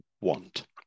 want